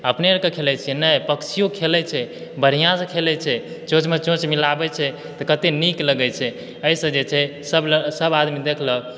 अपने आरके खेलै छियै नइँ पक्षियो खेलै छै बढ़ियासऽ खेलै छै चोञ्चमऽ चोञ्च मिलाबै छै तऽ कते नीक लगै छै अइसऽ जे छै सब आदमी देखलक